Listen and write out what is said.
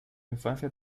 infancia